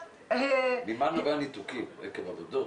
ממה נובע הניתוקים, עקב עבודות?